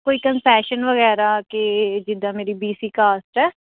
ਕੋਈ ਕਨਸੈਸਨ ਵਗੈਰਾ ਕਿ ਜਿੱਦਾਂ ਮੇਰੀ ਬੀ ਸੀ ਕਾਸਟ ਹੈ